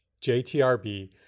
JTRB